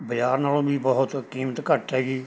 ਬਜ਼ਾਰ ਨਾਲੋਂ ਵੀ ਬਹੁਤ ਕੀਮਤ ਘੱਟ ਹੈਗੀ